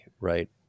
right